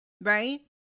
right